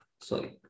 sorry